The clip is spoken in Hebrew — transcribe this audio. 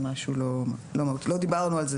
לא דיברנו על זה,